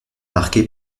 marqué